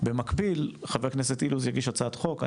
במקביל חבר הכנסת אילוז יגיש הצעת חוק,